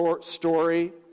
story